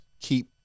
keep